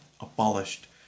abolished